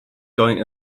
going